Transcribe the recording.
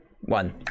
one